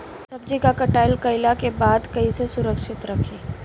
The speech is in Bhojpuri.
सब्जी क कटाई कईला के बाद में कईसे सुरक्षित रखीं?